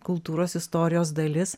kultūros istorijos dalis